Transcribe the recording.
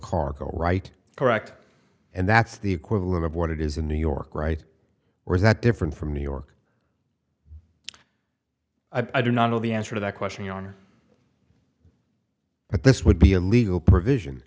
cargo right correct and that's the equivalent of what it is in new york right or is that different from new york i do not know the answer to that question your honor but this would be a legal provision